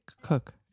cook